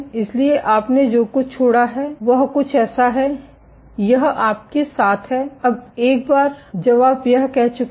इसलिए आपने जो कुछ छोड़ा है वह कुछ ऐसा है यह आपके साथ है Refer Time 1911 अब एक बार जब आप यह कर चुके हैं